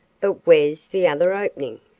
but where's the other opening?